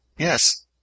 Yes